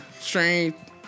Strength